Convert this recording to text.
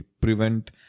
prevent